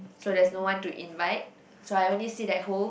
so there's no one to invite so I only sit at home